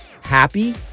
happy